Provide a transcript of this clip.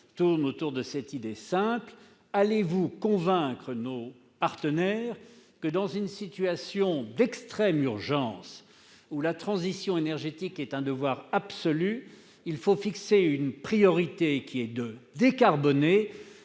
question est simple : allez-vous convaincre nos partenaires que, dans une situation d'extrême urgence où la transition énergétique est un devoir absolu, il faut nous fixer une priorité qui est de décarboner,